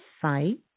site